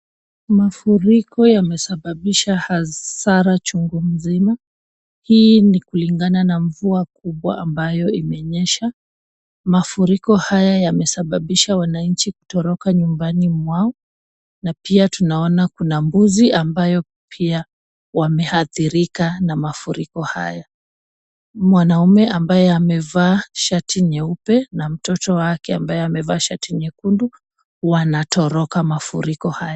Mafuriko yamesababisha hasara chungu mzima, hii ni kulingana na mvua kubwa ambayo imenyesha. Mafuriko haya yamesababisha wananchi kutoroka nyumbani mwao na pia tunaona kuna mbuzi ambayo pia wameathirika na mafuriko haya. Mwanaume ambaye amevaa shati nyeupe na mtoto wake ambaye amevaa shati nyekundu, wanatoroka mafuriko haya.